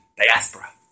diaspora